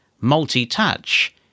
multi-touch